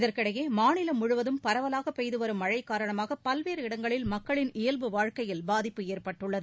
இதற்கிடையே மாநிலம் முழுவதும் பரவலாக பெய்துவரும் மழை காரணமாக பல்வேறு இடங்களில் மக்களின் இயல்பு வாழ்க்கையில் பாதிப்பு ஏற்பட்டுள்ளது